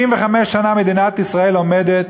65 שנה מדינת ישראל עומדת,